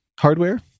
hardware